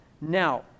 Now